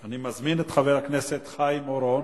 אני מזמין את חבר הכנסת חיים אורון.